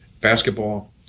basketball